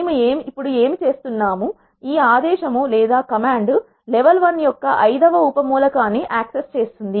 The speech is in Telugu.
మేము ఇప్పుడు ఏమి చేస్తున్నాము ఈ ఆదేశము లెవెల్ వన్ యొక్క ఐదవ ఉప మూలకాన్ని యాక్సెస్ చేస్తుంది